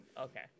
okay